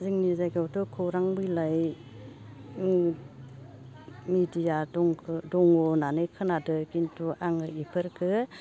जोंनि जायगायावथ' खौरां बिलाइ मेडिया दङ होननानै खोनादो खिन्थु आङो बिफोरखो